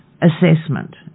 assessment